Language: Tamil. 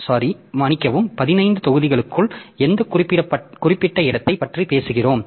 15 தொகுதிகளுக்குள் எந்த குறிப்பிட்ட இடத்தைப் பற்றி பேசுகிறோம்